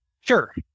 Sure